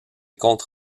comptes